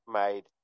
made